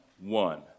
one